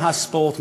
מהספורט,